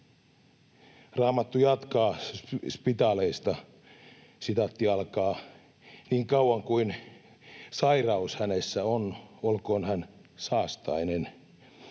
Raamattu jatkaa spitaalisista: ”Niin kauan kuin sairaus hänessä on, olkoon hän saastainen;